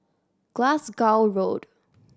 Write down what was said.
Glasgow Road